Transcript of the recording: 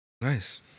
nice